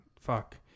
Fuck